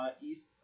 East